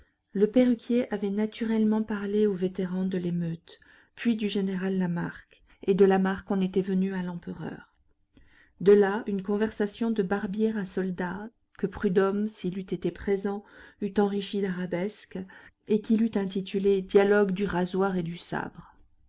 le perruquier avait naturellement parlé au vétéran de l'émeute puis du général lamarque et de lamarque on était venu à l'empereur de là une conversation de barbier à soldat que prudhomme s'il eût été présent eût enrichie d'arabesques et qu'il eût intitulée dialogue du rasoir et du sabre